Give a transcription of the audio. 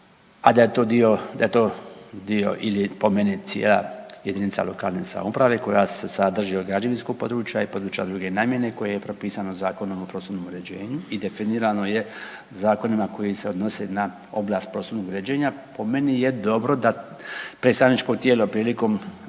da je to dio ili po meni cijela JLS koja se sadrži od građevinskog područja i područja druge namjene koje je propisano Zakonom o prostornom uređenju i definirano je zakonima koji se odnose na oblast prostornog uređenja. Po meni je dobro da predstavničko tijelo prilikom